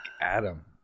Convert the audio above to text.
Adam